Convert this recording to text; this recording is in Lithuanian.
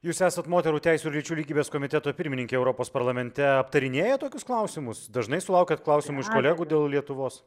jūs esat moterų teisių ir lyčių lygybės komiteto pirmininkė europos parlamente aptarinėjat tokius klausimus dažnai sulaukiat klausimų iš kolegų dėl lietuvos